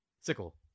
Sickle